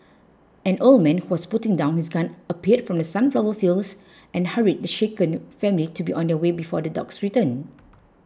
an old man who was putting down his gun appeared from the sunflower fields and hurried the shaken family to be on their way before the dogs return